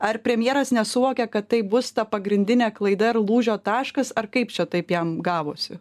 ar premjeras nesuvokė kad tai bus ta pagrindinė klaida ir lūžio taškas ar kaip čia taip jam gavosi